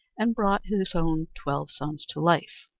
and brought his own twelve sons to life.